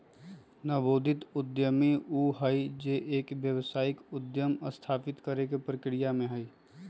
नवोदित उद्यमी ऊ हई जो एक व्यावसायिक उद्यम स्थापित करे के प्रक्रिया में हई